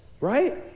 right